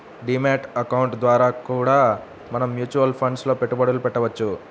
D mat account ద్వారా కూడా మనం మ్యూచువల్ ఫండ్స్ లో పెట్టుబడులు పెట్టవచ్చు